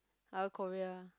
uh Korea